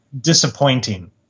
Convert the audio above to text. disappointing